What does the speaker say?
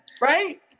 right